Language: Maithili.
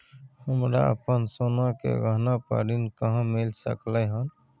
हमरा अपन सोना के गहना पर ऋण कहाॅं मिल सकलय हन?